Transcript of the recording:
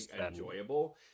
enjoyable